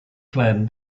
clan